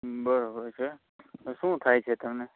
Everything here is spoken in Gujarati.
બરાબર છે શું થાય છે તમને